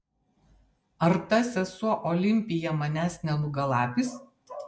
ar ta sesuo olimpija manęs nenugalabys